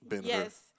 yes